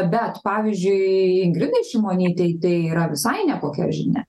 bet pavyzdžiui ingridai šimonytei tai yra visai nekokia žinia